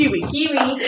Kiwi